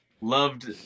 loved